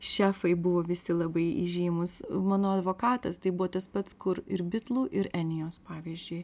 šefai buvo visi labai įžymūs mano advokatas tai buvo tas pats kur ir bitlų ir enijos pavyzdžiui